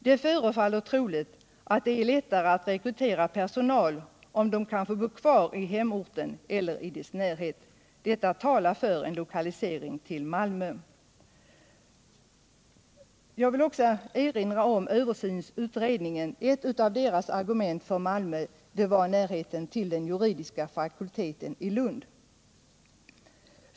Det förefaller troligt att det är lättare att rekrytera personal om den kan bo kvar i hemorten eller i dess närhet. Detta talar för en lokalisering till Malmö. Jag vill också erinra om att ett av översynsutredningens argument för lokalisering till Malmö var närheten till den juridiska fakulteten i Lund.